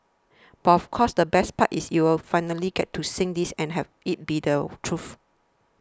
but of course the best part is you'll finally get to sing this and have it be the truth